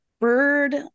bird